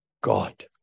God